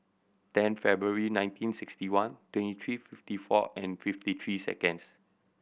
ten February nineteen sixty one twenty three fifty four and fifty three seconds